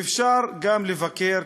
ואפשר גם לבקר,